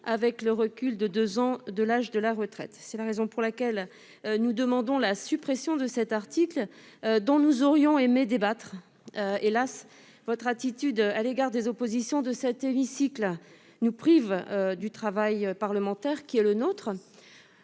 avec le recul de deux ans de l'âge de la retraite. C'est la raison pour laquelle nous demandons la suppression de cet article, dont nous aurions aimé débattre. Hélas, votre attitude à l'égard des oppositions de cet hémicycle nous prive du travail parlementaire qui est le nôtre.